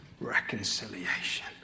reconciliation